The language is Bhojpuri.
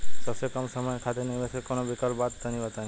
सबसे कम समय खातिर निवेश के कौनो विकल्प बा त तनि बताई?